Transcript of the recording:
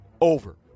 over